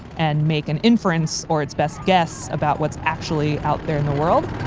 and make an inference or it's best guess about what's actually out there in the world.